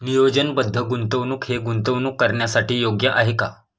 नियोजनबद्ध गुंतवणूक हे गुंतवणूक करण्यासाठी योग्य आहे का?